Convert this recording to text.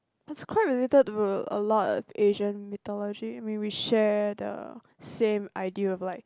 it's quite related to a lot of Asian meteorology I mean we share the same idea of like